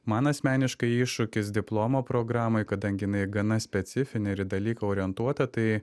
man asmeniškai iššūkis diplomo programoj kadangi jinai gana specifinė ir į dalyką orientuota tai